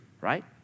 right